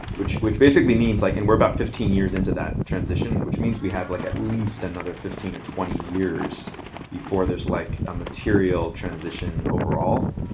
which which basically means like and we're about fifteen years into that transition, which means we have like at least another fifteen or twenty years before there's like a material transition overall.